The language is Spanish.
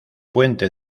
puente